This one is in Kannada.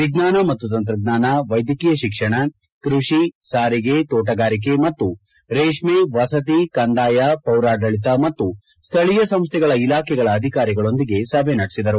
ವಿಜ್ಞಾನ ಮತ್ತು ತಂತ್ರಜ್ಞಾನ ವೈದ್ಯಕೀಯ ಶಿಕ್ಷಣ ಕೃಷಿ ಸಾರಿಗೆ ಕೋಟಗಾರಿಕೆ ಮತ್ತು ರೇಷ್ನೆ ವಸತಿ ಕಂದಾಯ ಪೌರಾಡಳಿತ ಮತ್ತು ಸ್ಥಳೀಯ ಸಂಸ್ಥೆಗಳ ಇಲಾಖೆಗಳ ಅಧಿಕಾರಿಗಳೊಂದಿಗೆ ಸಭೆ ನಡೆಸಿದರು